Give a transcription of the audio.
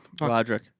Roderick